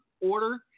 order